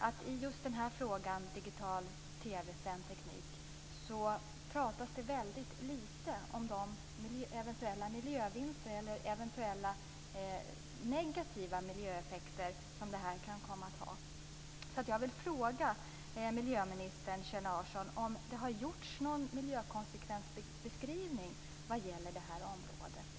Beträffande frågan om digital TV-sänd teknik talas det väldigt lite om de eventuella miljövinster eller eventuella negativa miljöeffekter som denna teknik kan komma att ha. Jag vill därför fråga miljöminister Kjell Larsson om det har gjorts någon miljökonsekvensbeskrivning som gäller det här området.